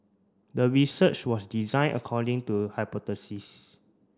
the research was design according to hypothesis